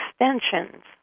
extensions